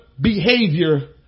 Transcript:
behavior